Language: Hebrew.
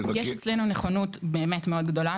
יש אצלנו נכונות מאוד גדולה,